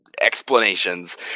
explanations